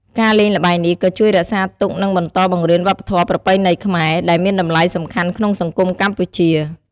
ការលេងល្បែងនេះក៏ជួយរក្សាទុក និងបន្តបង្រៀនវប្បធម៌ប្រពៃណីខ្មែរ ដែលមានតម្លៃសំខាន់ក្នុងសង្គមកម្ពុជា។